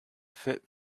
fit